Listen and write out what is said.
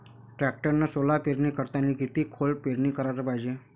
टॅक्टरनं सोला पेरनी करतांनी किती खोल पेरनी कराच पायजे?